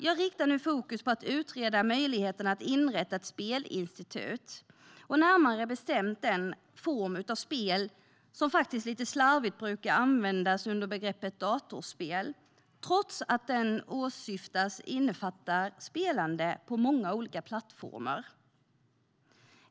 Jag riktar nu fokus på att utreda möjligheterna att inrätta ett spelinstitut, närmare bestämt för den form av spel som lite slarvigt brukar inordnas under begreppet datorspel, trots att det som åsyftas innefattar spelande på många olika plattformar.